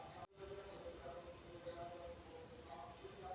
bank अपनो ग्राहको के सभ काम के गोपनीयता राखै छै